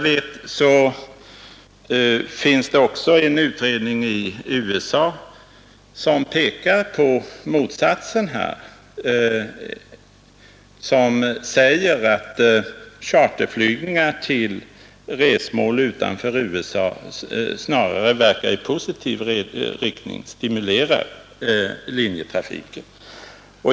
Det har gjorts en utredning i USA som såvitt jag vet pekar på motsatsen; charterflygningar till resmål utanför USA verkar snarare i positiv riktning och stimulerar linjetrafiken.